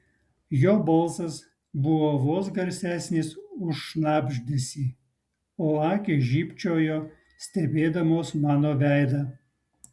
jo balsas buvo vos garsesnis už šnabždesį o akys žybčiojo stebėdamos mano veidą